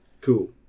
Cool